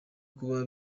kuba